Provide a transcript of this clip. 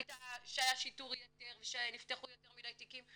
שיטור יתר ושנפתחו יותר מדי תיקים,